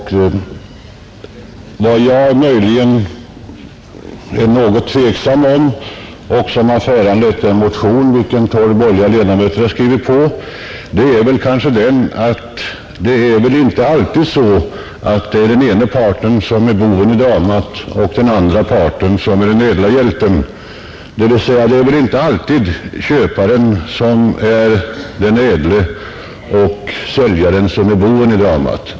Vad jag möjligen är något tveksam om och som har föranlett den motion vilken tolv borgerliga ledamöter har skrivit på, är att det inte alltid är den ena parten som är boven i dramat och den andra parten som är den ädle hjälten — dvs. det är inte alltid köparen som är den ädle och säljaren som är boven.